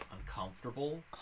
uncomfortable